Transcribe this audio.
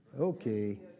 Okay